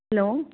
hello